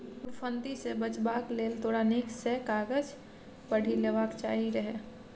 धुरफंदी सँ बचबाक लेल तोरा नीक सँ कागज पढ़ि लेबाक चाही रहय